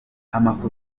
amafoto